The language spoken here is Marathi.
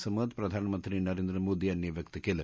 असं मत प्रधानमंत्री नरेंद्र मोदी यांनी व्यक्त केलं